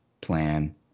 plan